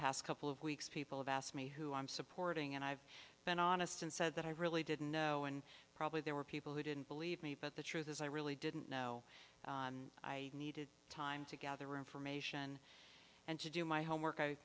past couple of weeks people have asked me who i'm supporting and i've been honest and said that i really didn't know and probably there were people who didn't believe me but the truth is i really didn't know i needed time to gather information and to do my homework i